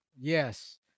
Yes